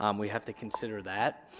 um we have to consider that.